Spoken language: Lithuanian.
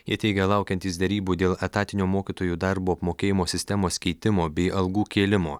jie teigia laukiantys derybų dėl etatinio mokytojų darbo apmokėjimo sistemos keitimo bei algų kėlimo